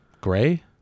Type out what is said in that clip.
gray